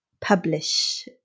publish